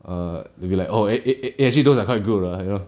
err maybe like oh eh eh eh actually those are quite good lah you know